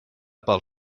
pel